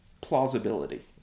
plausibility